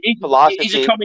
philosophy